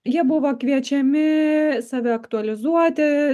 jie buvo kviečiami save aktualizuoti